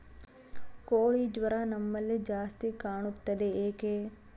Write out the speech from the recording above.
ಕೋಳಿ ಜ್ವರ ನಮ್ಮ ಕಡೆ ಜಾಸ್ತಿ ಕಾಣುತ್ತದೆ ಏಕೆ?